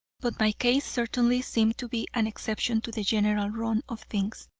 but my case certainly seemed to be an exception to the general run of things.